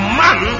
man